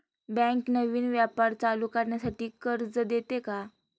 Bank नवीन व्यापार चालू करण्यासाठी कर्ज देते का?